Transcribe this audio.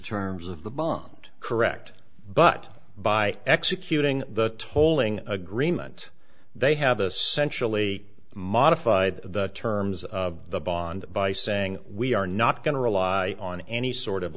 terms of the bond correct but by executing the tolling agreement they have essential late modified the terms of the bond by saying we are not going to rely on any sort of